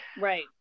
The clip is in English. right